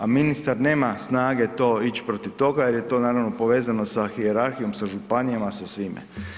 A ministar nema snage to, ići protiv toga jer je to naravno povezano sa hijerarhijom sa županijama sa svime.